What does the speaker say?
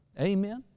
Amen